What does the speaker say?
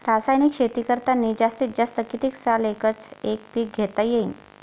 रासायनिक शेती करतांनी जास्तीत जास्त कितीक साल एकच एक पीक घेता येईन?